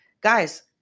Guys